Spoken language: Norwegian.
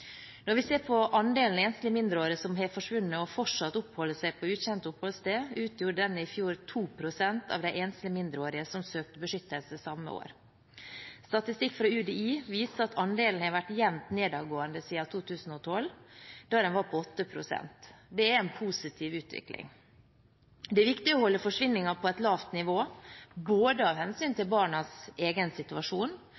Når vi ser på andelen enslige mindreårige som har forsvunnet, og som fortsatt oppholder seg på ukjent oppholdssted, utgjorde den i fjor 2 pst. av de enslige mindreårige som søkte beskyttelse samme år. Statistikk fra UDI viser at andelen har vært jevnt nedadgående siden 2012, da den var på 8 pst. Det er en positiv utvikling. Det er viktig å holde forsvinningen på et lavt nivå, både av hensyn